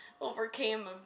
overcame